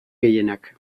gehienak